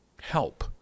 help